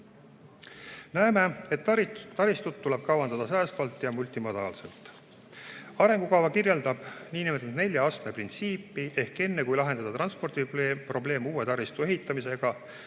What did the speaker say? Näeme, et taristut tuleb kavandada säästvalt ja multimodaalselt. Arengukava kirjeldab nelja astme printsiipi: enne, kui lahendada transpordiprobleem uue taristu ehitamise